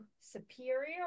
superior